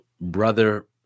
Brother